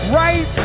right